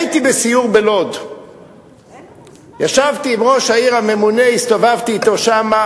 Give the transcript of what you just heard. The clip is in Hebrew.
הייתי בסיור בלוד וישבתי עם ראש העיר הממונה והסתובבתי אתו שם.